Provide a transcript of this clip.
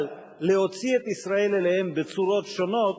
אבל להוציא את ישראל אליהם בצורות שונות,